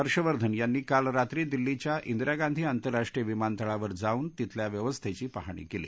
हर्षवर्धन यांनी काल रात्री दिल्लीच्या इंदिरा गांधी आंतरराष्ट्रीय विमानतळावर जाऊन तिथल्या व्यवस्थापी पाहणी कल्ठी